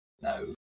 No